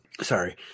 sorry